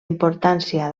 importància